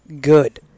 good